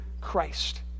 Christ